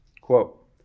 Quote